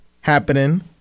happening